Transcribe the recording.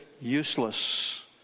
useless